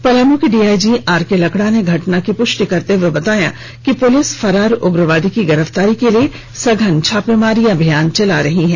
पलामू के DIG RK Lakra ने घटना की पुष्टि करते हुए बताया कि पुलिस फरार उग्रवादी की गिरफ्तारी के लिए सघन छापामारी अभियान चला रही है